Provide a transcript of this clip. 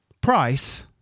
price